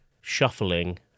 shuffling